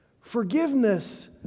Forgiveness